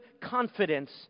confidence